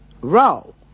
row